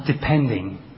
depending